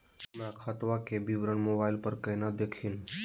हमर खतवा के विवरण मोबाईल पर केना देखिन?